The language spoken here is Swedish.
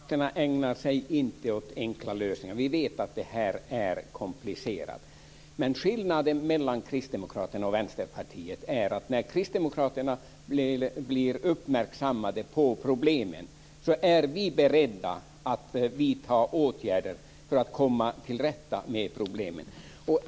Fru talman! Kristdemokraterna ägnar sig inte åt enkla lösningar. Vi vet att det här är komplicerat. Men skillnaden mellan Kristdemokraterna och Vänsterpartiet är att när kristdemokraterna blir uppmärksammade på problemen är vi beredda att vidta åtgärder för att komma till rätta med problemen.